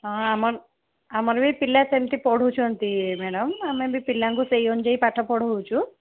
ହଁ ଆମର ବି ପିଲା ସେମିତି ପଢ଼ୁଛନ୍ତି ମ୍ୟାଡ଼ାମ ଆମେବି ପିଲାଙ୍କୁ ସେଇ ଅନୁଯାୟୀ ପାଠପଢ଼ାଉଛୁ